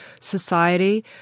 Society